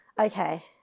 Okay